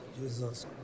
jesus